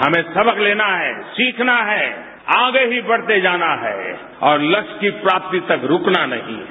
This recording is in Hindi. हमें सबक लेना है सीखना है आगे ही बढ़ते जाना है और लक्ष्य की प्राप्ति तक रूकना नहीं है